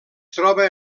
troba